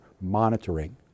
monitoring